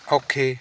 ਔਖੇ